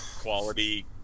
quality